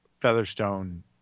Featherstone